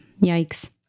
Yikes